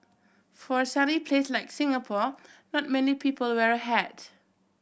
for a sunny place like Singapore not many people wear a hat